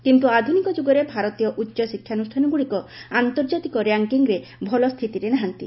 କିନ୍ତୁ ଆଧୁନିକ ଯୁଗରେ ଭାରତୀୟ ଉଚ୍ଚ ଶିକ୍ଷାନୁଷ୍ଠାନଗୁଡ଼ିକ ଆନ୍ତର୍ଜାତିକ ର୍ୟାଙ୍କିଙ୍ଗ୍ର ଭଲ ସ୍ଥିତିରେ ନାହାନ୍ତି